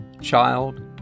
child